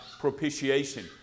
propitiation